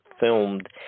filmed